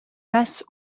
masse